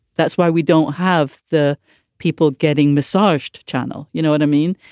that's why we don't have the people getting massaged. channel, you know what i mean?